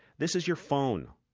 this is your phone.